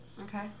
Okay